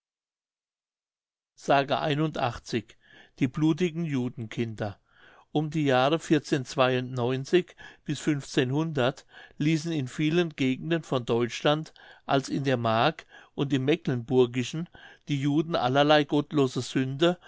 s die blutigen judenkinder um die jahre bis ließen in vielen gegenden von deutschland als in der mark und im mecklenburgischen die juden allerlei gottlose sünde